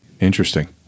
Interesting